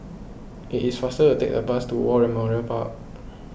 it is faster to take the bus to War Memorial Park